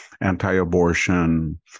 anti-abortion